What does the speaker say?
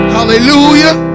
Hallelujah